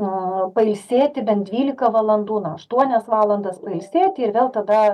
na pailsėti bent dvylika valandų nuo aštuonias valandas pailsėti ir vėl tada